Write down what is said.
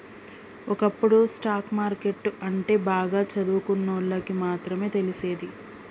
ఒకప్పుడు stock market అంటే బాగా చదువుకున్నోళ్ళకి మాత్రమే తెలిసేది